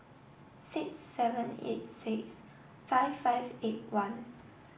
six seven eight six five five eight one